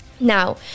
Now